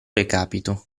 recapito